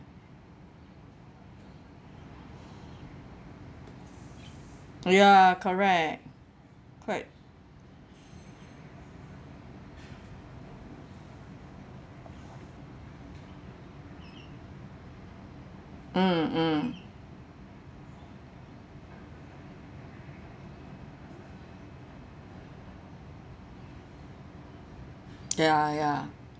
ah ya correct quite mm mm ya ya